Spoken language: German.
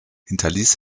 hinterließ